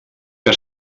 que